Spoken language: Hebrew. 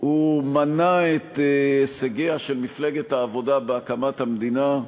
הוא מנה את הישגיה של מפלגת העבודה בהקמת המדינה,